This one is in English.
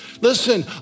listen